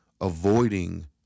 avoiding